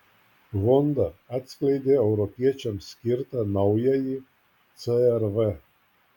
honda atskleidė europiečiams skirtą naująjį cr v